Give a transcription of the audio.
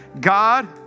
God